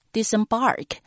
Disembark